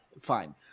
Fine